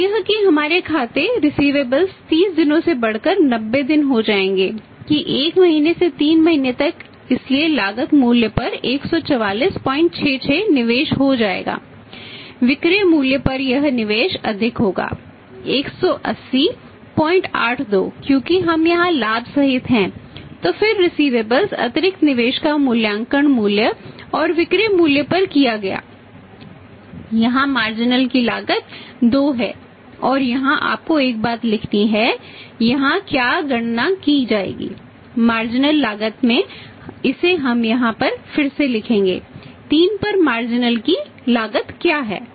और यह कि हमारे खाते रिसिवेबल्स की लागत क्या है